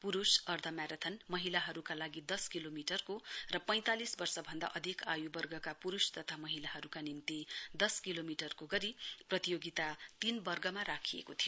पुरुष अर्ध म्याराथन महिलाहरुका लागि दस किलोमिटरको र पैंतालिस वर्षभन्दा अधिक आयुवर्गका पुरुष तथा महिलाहरुका निम्ति दस किलोमिटरको गरी प्रतियोगिता तीन वर्गका निम्ति राखिएको थियो